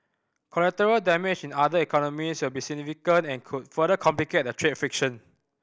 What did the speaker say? collateral damage in other economies will be significant and could further complicate the trade friction